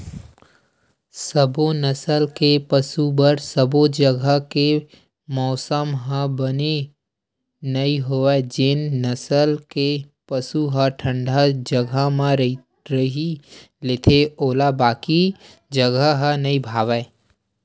सबो नसल के पसु बर सबो जघा के मउसम ह बने नइ होवय जेन नसल के पसु ह ठंडा जघा म रही लेथे ओला बाकी जघा ह नइ भावय